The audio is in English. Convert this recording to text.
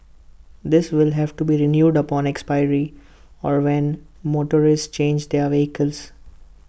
this will have to be renewed upon expiry or when motorists change their vehicles